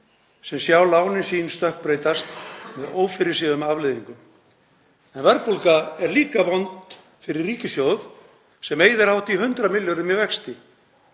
sem sjá lánin sín stökkbreytast með ófyrirséðum afleiðingum en verðbólga er líka vond fyrir ríkissjóð sem eyðir hátt í 100 milljörðum í vexti.